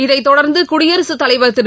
இதைத் தொடர்ந்து குடியரசுத்தலைவர் திரு